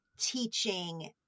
teaching